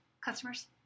customers